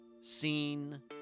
seen